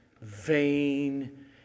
vain